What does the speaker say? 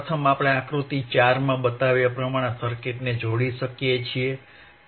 પ્રથમ આપણે આકૃતિ 4 માં બતાવ્યા પ્રમાણે સર્કિટને જોડી શકીએ છીએ